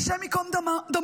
השם יקום דמו,